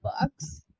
bucks